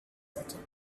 setting